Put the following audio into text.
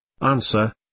Answer